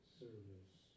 service